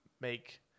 make